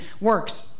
works